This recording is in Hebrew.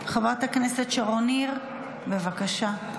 חברת הכנסת שרון ניר, בבקשה.